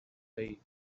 pay